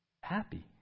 Happy